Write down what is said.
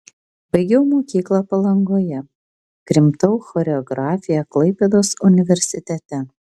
baigiau mokyklą palangoje krimtau choreografiją klaipėdos universitete